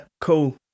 cool